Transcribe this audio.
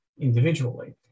individually